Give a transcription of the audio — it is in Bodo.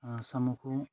ओह साम'खौ